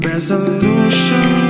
Resolution